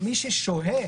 מי ששוהה